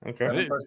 Okay